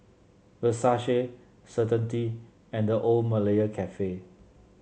Versace Certainty and The Old Malaya Cafe